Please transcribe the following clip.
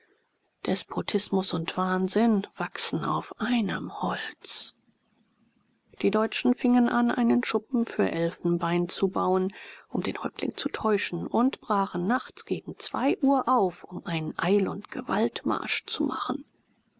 despotismus und wahnsinn wachsen auf einem holz die deutschen fingen an einen schuppen für elfenbein zu bauen um den häuptling zu täuschen und brachen nachts gegen zwei uhr auf um einen eil und gewaltmarsch zu machen